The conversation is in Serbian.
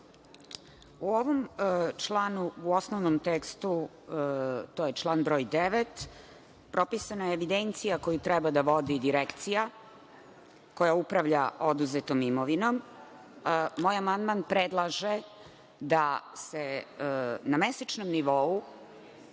ovom članu u osnovnom tekstu, to je član broj 9, propisana je evidencija koju treba da vodi Direkcija koja upravlja oduzetom imovinom. Moj amandman predlaže da se na mesečnom nivou